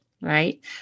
Right